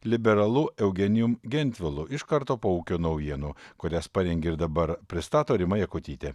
liberalu eugenijum gentvilu iš karto po ūkio naujienų kurias parengė ir dabar pristato rima jakutytė